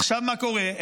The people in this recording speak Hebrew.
מה קורה עכשיו?